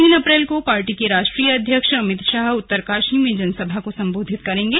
तीन अप्रैल को पार्टी के राष्ट्रीय अध्यक्ष अमित शाह उत्तरकाशी में जनसभा को संबोधित करेंगे